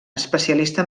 especialista